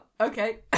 okay